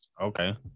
Okay